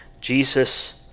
Jesus